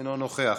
אינו נוכח,